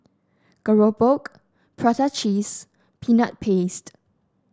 keropok Prata Cheese Peanut Paste